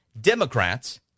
Democrats